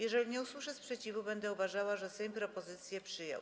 Jeżeli nie usłyszę sprzeciwu, będę uważała, że Sejm propozycje przyjął.